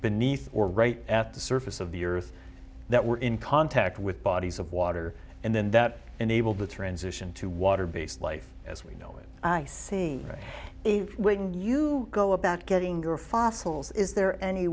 beneath or right at the surface of the earth that were in contact with bodies of water and then that enabled the transition to water based life as we know it i see if you go about getting your fossils is there any